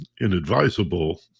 inadvisable